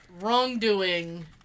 wrongdoing